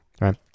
right